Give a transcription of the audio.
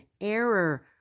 error